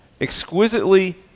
Exquisitely